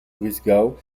brisgau